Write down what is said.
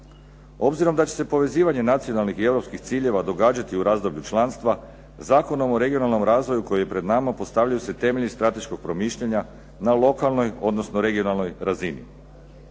Obzirom da će se povezivanje nacionalnih i europskih ciljeva događati u razdoblju članstva, zakonom o regionalnom razvoju koji je pred nama postavljaju se temelji strateškog promišljanja na lokalnoj odnosno regionalnoj razini.